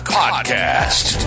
podcast